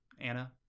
Anna